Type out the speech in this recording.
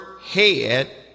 head